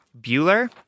Bueller